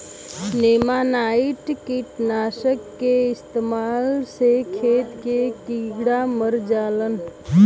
नेमानाइट कीटनाशक क इस्तेमाल से खेत के कीड़ा मर जालन